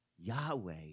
Yahweh